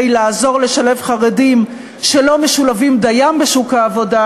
לעזור לשלב חרדים שלא משולבים דיים בשוק העבודה,